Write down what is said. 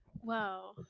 Wow